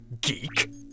Geek